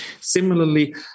Similarly